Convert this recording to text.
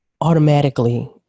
automatically